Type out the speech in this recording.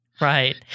Right